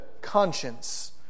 conscience